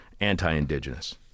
Anti-indigenous